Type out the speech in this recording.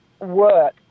work